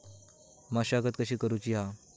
मशागत कशी करूची हा?